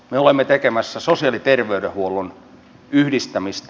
me olemme tekemässä sosiaali ja terveydenhuollon yhdistämistä